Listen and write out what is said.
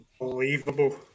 unbelievable